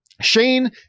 Shane